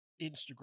Instagram